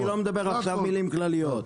אני לא מדבר עכשיו מילים כלליות,